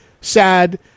sad